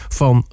van